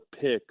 picks